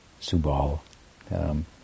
Subal